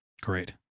Great